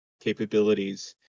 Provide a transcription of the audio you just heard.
capabilities